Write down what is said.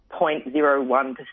0.01%